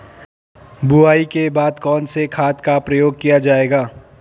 बुआई के बाद कौन से खाद का प्रयोग किया जायेगा?